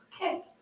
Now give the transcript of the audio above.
Okay